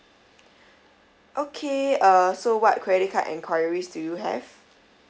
okay uh so what credit card enquiries do you have